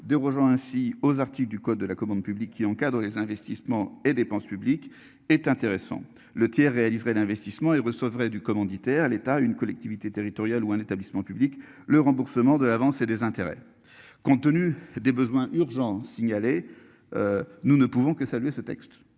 de rejoint ainsi aux articles du code de la commande publique qui encadre les investissements et dépenses publiques est intéressant le tiers et d'investissement et. Du commanditaire. L'État, une collectivité territoriale ou un établissement public, le remboursement de l'avance et des intérêts, compte tenu des besoins urgents signalés. Nous ne pouvons que saluer ce texte